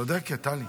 צודקת, טלי,